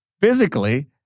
physically